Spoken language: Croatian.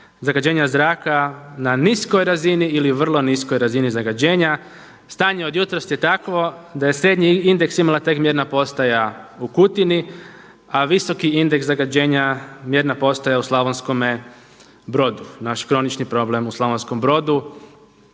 zagađenja zraka na niskoj razini ili vrlo niskoj razini zagađenja. Stanje od jutros je takvo da je srednji indeks imala tek mjerna postaja u Kutini, a visoki indeks zagađenja mjerna postaja u Slavonskome Brodu. Naš kronični problem u Slavonskom Brodu